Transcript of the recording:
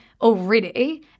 already